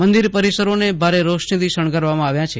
મંદિર પરિસરોને ભારે રોશનીથી શણગારવામાં આવ્યા છે